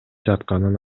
жатканын